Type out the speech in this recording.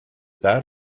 that